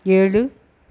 ஏழு